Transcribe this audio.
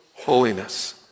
holiness